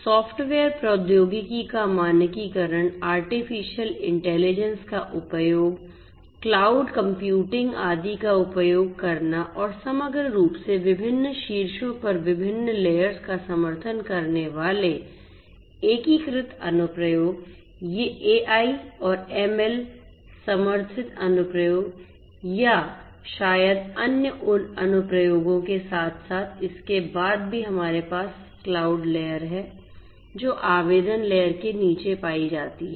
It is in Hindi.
सॉफ्टवेयर प्रौद्योगिकी का मानकीकरण आर्टिफीसियल इंटेलिजेंस का उपयोग क्लाउड कंप्यूटिंग आदि का उपयोग करना और समग्र रूप से विभिन्न शीर्षों पर विभिन्न लेयर्स का समर्थन करने वाले एकीकृत अनुप्रयोग ये एआई और एमएल समर्थित अनुप्रयोग या शायद अन्य अनुप्रयोगों के साथ साथ इसके बाद भी हमारे पास क्लाउड लेयर है जो आवेदन लेयर के नीचे पायी जाती है